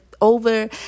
over